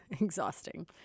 exhausting